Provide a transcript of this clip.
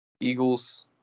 Eagles